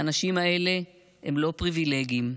האנשים האלה הם לא פריבילגים.